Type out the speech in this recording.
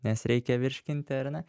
nes reikia virškinti ar ne